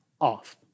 off